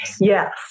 Yes